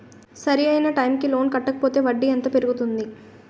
సరి అయినా టైం కి లోన్ కట్టకపోతే వడ్డీ ఎంత పెరుగుతుంది?